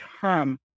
term